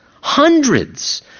hundreds